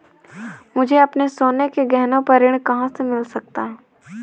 मुझे अपने सोने के गहनों पर ऋण कहाँ से मिल सकता है?